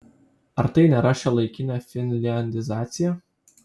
ar tai nėra šiuolaikinė finliandizacija